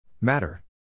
Matter